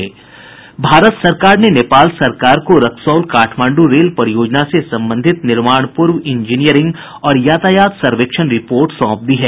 भारत सरकार ने नेपाल सरकार को रक्सौल काठमांडू रेल परियोजना से संबंधित निर्माण पूर्व इंजीनियरिंग और यातायात सर्वेक्षण रिपोर्ट सौंप दी है